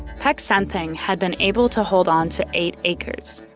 peck san theng had been able to hold on to eight acres.